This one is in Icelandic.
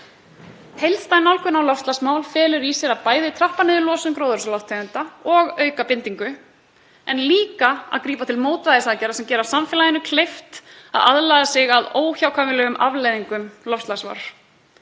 Heildstæð nálgun á loftslagsmál felur bæði í sér að trappa niður losun gróðurhúsalofttegunda og auka bindingu en líka að grípa til mótvægisaðgerða sem gera samfélaginu kleift að aðlaga sig að óhjákvæmilegum afleiðingum loftslagsvár.